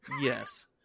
yes